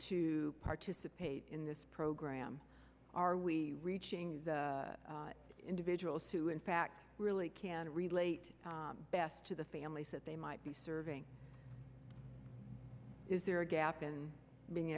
to participate in this program are we reaching individuals who in fact really can relate best to the families that they might be serving is there a gap in being